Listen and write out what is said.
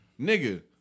nigga